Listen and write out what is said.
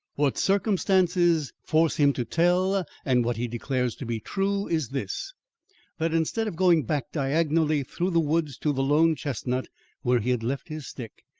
what circumstances force him to tell and what he declares to be true is this that instead of going back diagonally through the woods to the lone chestnut where he had left his stick,